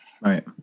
Right